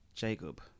Jacob